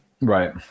Right